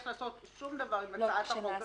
לעשות שום דבר עם הצעת החוק שלפנינו.